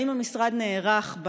האם המשרד נערך,